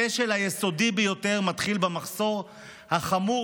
הכשל היסודי ביותר מתחיל במחסור החמור